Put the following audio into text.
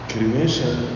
Cremation